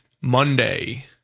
Monday